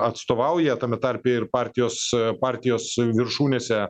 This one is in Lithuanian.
atstovauja tame tarpe ir partijos partijos viršūnėse